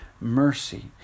Mercy